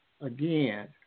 again